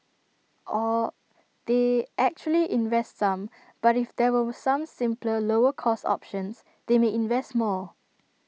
or they actually invest some but if there were some simpler lower cost options they may invest more